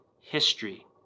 history